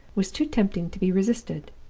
was too tempting to be resisted.